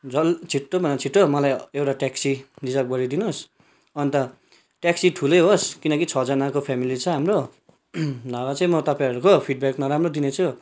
झन् छिटो भन्दा छिटो मलाई एउटा ट्याक्सी रिजर्भ गरिदिनु होस् अन्त ट्याक्सी ठुलो होस् किनकि छजनाको फ्यामिली छ हाम्रो नभए चाहिँ म तपाईँहरूको फिड ब्याक नराम्रो दिनेछु